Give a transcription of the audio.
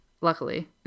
luckily